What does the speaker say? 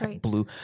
blue